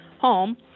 home